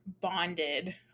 bonded